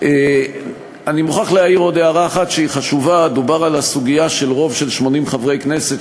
האישית של מיליוני אזרחים ישראלים,